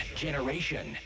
generation